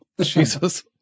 Jesus